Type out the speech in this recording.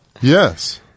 Yes